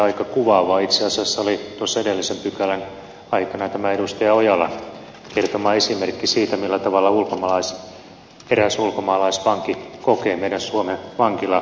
aika kuvaavaa itse asiassa oli tuossa edellisen asian aikana tämä edustaja mäkelän kertoma esimerkki siitä millä tavalla eräs ulkomaalaisvanki kokee suomen vankilaolot